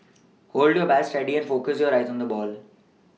hold your bat steady and focus your eyes on the ball